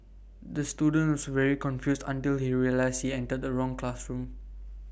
the student was very confused until he realised he entered the wrong classroom